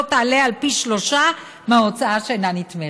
תעלה על פי שלושה מההוצאה שאינה נתמכת".